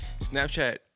Snapchat